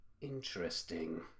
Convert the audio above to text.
Interesting